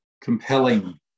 compelling